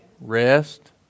Rest